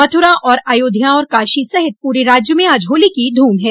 मथुरा अयोध्या और काशी सहित पूरे राज्य में आज होली की धूम है